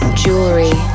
jewelry